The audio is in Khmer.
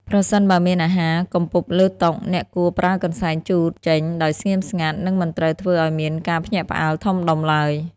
ប្រសិនបើមានអាហារកំពប់លើតុ អ្នកគួរប្រើកន្សែងជូតចេញដោយស្ងៀមស្ងាត់ និងមិនត្រូវធ្វើឱ្យមានការភ្ញាក់ផ្អើលធំដុំឡើយ។